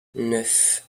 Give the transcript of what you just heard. neuf